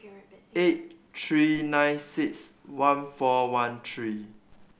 eight three nine six one four one three